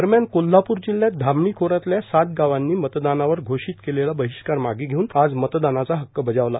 दरम्यान कोल्हापूर जिल्ह्यात धामणी खोऱ्यातल्या सात गावांनी मतदानावर घोषित केलेला बहिष्कार मागे घेऊन आज मतदानाचा हक्क बजावला